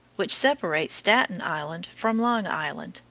which separates staten island from long island,